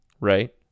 right